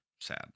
Sad